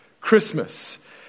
Christmas